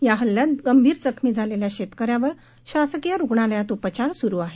या हल्ल्यात गंभीर जखमी झालेल्या शेतकऱ्यावर शासकीय रुग्णालयात उपचार सुरु आहे